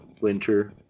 winter